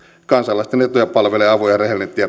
kansalaisten etuja palvelee avoin